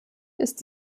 ist